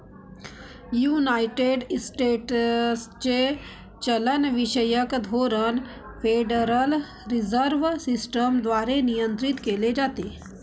United स्टेट्सचे चलनविषयक धोरण फेडरल रिझर्व्ह सिस्टम द्वारे नियंत्रित केले जाते